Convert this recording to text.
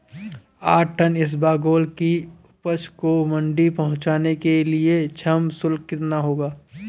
आठ टन इसबगोल की उपज को मंडी पहुंचाने के लिए श्रम शुल्क कितना होगा?